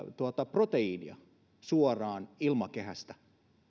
proteiinia suoraan ilmakehästä